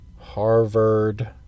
Harvard